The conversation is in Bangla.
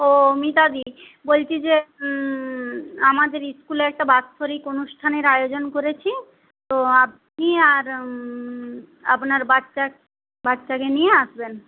ও মিতাদি বলছি যে আমাদের স্কুলে একটা বাৎসরিক অনুষ্ঠানের আয়োজন করেছি তো আপনি আর আপনার বাচ্চা বাচ্চাকে নিয়ে আসবেন